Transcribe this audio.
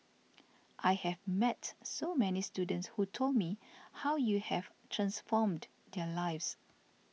I have met so many students who told me how you have transformed their lives